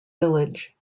village